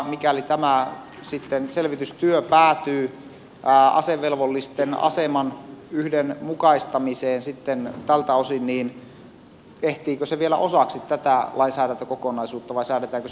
mikäli tämä selvitystyö sitten päätyy asevelvollisten aseman yhdenmukaistamiseen tältä osin niin ehtiikö se vielä osaksi tätä lainsäädäntökokonaisuutta vai säädetäänkö siitä sitten erikseen